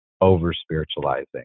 over-spiritualizing